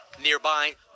Nearby